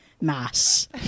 mass